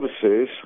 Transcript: services